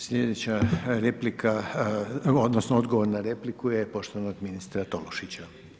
Sljedeća replika odnosno, odgovor na repliku je poštovanog ministra Tolušića.